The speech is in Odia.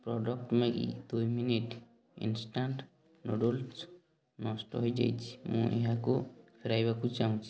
ପ୍ରଡ଼କ୍ଟ୍ ମ୍ୟାଗି ଦୁଇ ମିନିଟ୍ ଇନ୍ଷ୍ଟାଣ୍ଟ୍ ନୁଡୁଲ୍ସ୍ ନଷ୍ଟ ହେଇଯାଇଛି ମୁଁ ଏହାକୁ ଫେରାଇବାକୁ ଚାହୁଁଛି